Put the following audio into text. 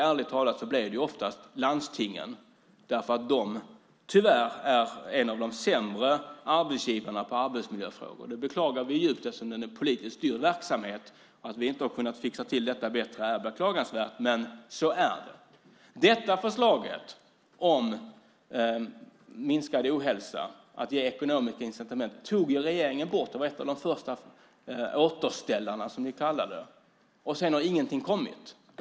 Ärligt talat blev det oftast landstingen därför att de tyvärr är en av de sämre arbetsgivarna när det gäller arbetsmiljöfrågor. Det beklagar vi djupt eftersom det är en politiskt styrd verksamhet. Att vi inte har kunnat fixa till det bättre är beklagansvärt, men så är det. Förslaget att ge ekonomiska incitament för att minska ohälsa tog regeringen bort. Det var en av de första återställarna, som ni kallar det. Efter det har inget kommit.